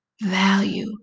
value